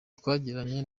twagiranye